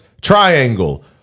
triangle